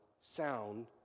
sound